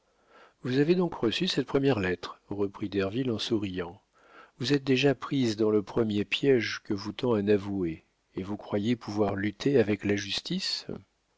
vous avez donc reçu cette première lettre reprit derville en souriant vous êtes déjà prise dans le premier piége que vous tend un avoué et vous croyez pouvoir lutter avec la justice